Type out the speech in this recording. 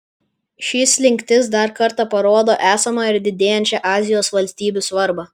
ši slinktis dar kartą parodo esamą ir didėjančią azijos valstybių svarbą